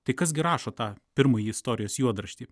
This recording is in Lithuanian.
tai kas gi rašo tą pirmąjį istorijos juodraštį